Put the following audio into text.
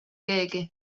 keegi